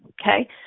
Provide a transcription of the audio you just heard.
okay